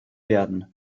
werden